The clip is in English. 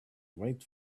wait